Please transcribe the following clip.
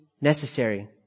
Necessary